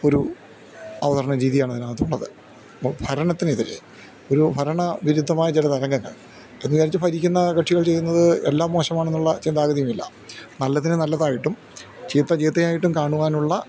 ഒരു അവതരണരീതിയാണ് അതിനകത്തുള്ളത് ഭരണത്തിന് എതിരെ ഒരു ഭരണവിരുദ്ധമായ ചില തരംഗങ്ങൾ എന്ന് വിചാരിച്ച് ഭരിക്കുന്ന കക്ഷികൾ ചെയ്യുന്നത് എല്ലാം മോശമാണെന്നുള്ള ചിന്താഗതിയുമില്ല നല്ലതിനെ നല്ലതായിട്ടും ചീത്ത ചീത്തയായിട്ടും കാണുവാനുള്ള